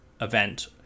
event